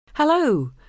Hello